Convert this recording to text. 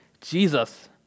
Jesus